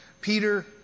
Peter